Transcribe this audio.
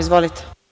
Izvolite.